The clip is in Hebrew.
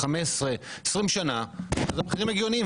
15 או 20 שנה אז המחירים הגיוניים.